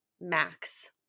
Max